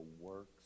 works